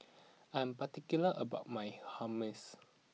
I'm particular about my Hummus